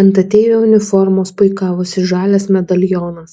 ant ateivio uniformos puikavosi žalias medalionas